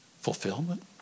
fulfillment